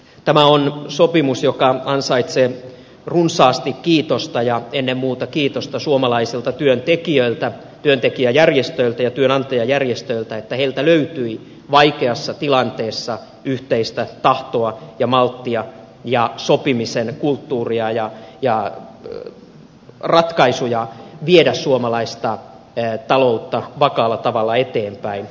tämä on sopimus joka ansaitsee runsaasti kiitosta ja ennen muuta kiitosta ansaitsevat suomalaiset työntekijät työntekijäjärjestöt ja työnantajajärjestöt että heiltä löytyi vaikeassa tilanteessa yhteistä tahtoa ja malttia ja sopimisen kulttuuria ja ratkaisuja viedä suomalaista taloutta vakaalla tavalla eteenpäin